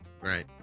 right